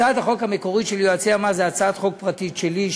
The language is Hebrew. הצעת החוק המקורית של יועצי המס היא הצעת חוק פרטית שלי,